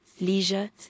leisure